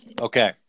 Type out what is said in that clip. Okay